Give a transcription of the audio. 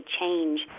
change